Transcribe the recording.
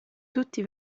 tutti